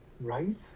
Right